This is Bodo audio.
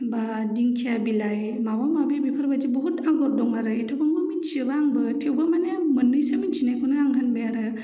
बा दिंखिया बिलाइ माबा माबि बेफोरबादि बहुत आगर दं आरो एथबांबो मिथिजोबा आंबो थेवबो माने आं मोननैसो मिथिनायखौनो आं होनबाय आरो